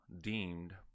deemed